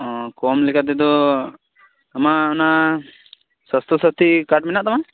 ᱚᱸ ᱠᱚᱢ ᱞᱮᱠᱟᱛᱮᱫᱚ ᱟᱢᱟᱜ ᱚᱱᱟ ᱥᱟᱥᱛᱷᱚ ᱥᱟᱛᱷᱤ ᱠᱟᱨᱰ ᱢᱮᱱᱟᱜ ᱛᱟᱢᱟ